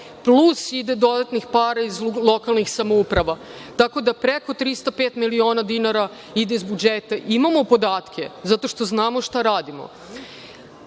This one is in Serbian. plus ide dodatnih para iz lokalnih samouprava. Tako da, preko 305 miliona dinara ide iz budžeta. Imamo podatke zato što znamo šta radimo. Ali,